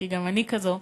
כי גם אני כזאת,